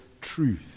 truth